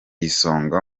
isonga